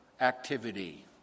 activity